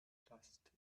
plastik